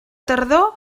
tardor